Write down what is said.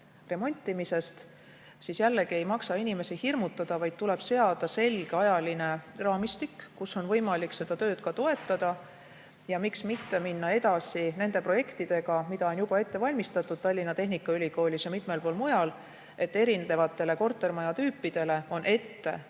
remontimisest, siis jällegi ei maksa inimesi hirmutada, vaid tuleb seada selge ajaline raamistik, kuidas on võimalik seda tööd ka toetada. Miks mitte minna edasi nende projektidega, mida on juba ette valmistatud Tallinna Tehnikaülikoolis ja mitmel pool mujal, et erinevatele kortermajatüüpidele on ette